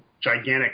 gigantic